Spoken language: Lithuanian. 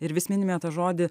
ir vis minime tą žodį